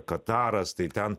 kataras tai ten